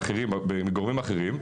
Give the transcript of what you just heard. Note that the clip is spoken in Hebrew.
מאחרים, במדורים אחרים.